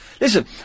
Listen